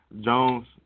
Jones